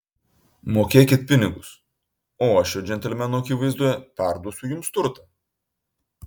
mokėkit pinigus o aš šio džentelmeno akivaizdoje perduosiu jums turtą